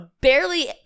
barely